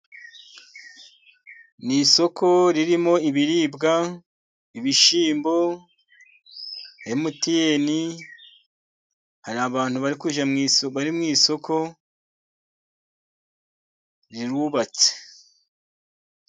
Ni isoko ririmo ibiribwa. Ibishyimbo, MTN ,hari abantu bari kujya mu isoko, bari mu isoko rirubatse.